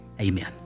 Amen